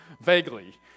vaguely